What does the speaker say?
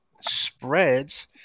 spreads